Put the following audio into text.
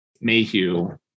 Mayhew